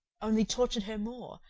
only tortured her more,